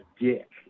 dick